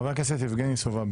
חבר הכנסת יבגני סובה.